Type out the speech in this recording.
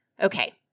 Okay